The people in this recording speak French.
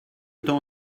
temps